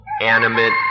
animate